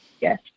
yes